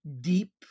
deep